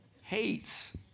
hates